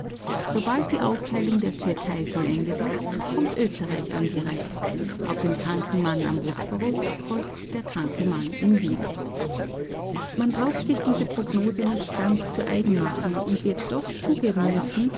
sobald die aufteilung der türkei vollendet ist kommt österreich an die reihe auf den kranken mann am bosporus folgt der kranke mann in wien man braucht sich diese prognose nicht ganz zu eigen zu machen und wird doch zugeben müssen